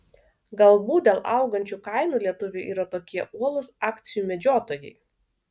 galbūt dėl augančių kainų lietuviai yra tokie uolūs akcijų medžiotojai